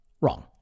wrong